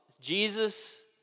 Jesus